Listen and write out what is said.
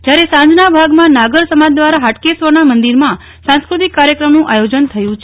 જયારે સાંજના ભાગમાં નાગર સમાજ દ્વારા હાટકેસ્વરના મંદિરમાં સાંસ્કૃતિક કાર્યક્રમનું આયોજન થયું છે